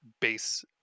base